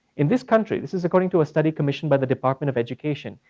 in this country, this is according to a study commissioned by the department of education.